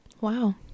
wow